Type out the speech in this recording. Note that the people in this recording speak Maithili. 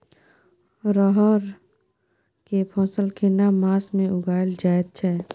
रहर के फसल केना मास में उगायल जायत छै?